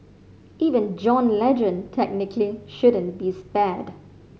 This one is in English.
even John Legend technically shouldn't be spared